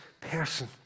person